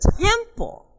temple